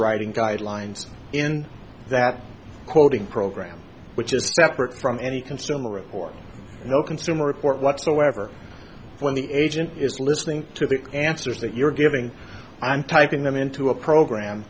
underwriting guidelines in that quoting program which is separate from any consumer report no consumer report whatsoever when the agent is listening to the answers that you're giving i'm taking them into a program